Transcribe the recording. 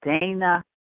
Dana